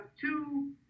two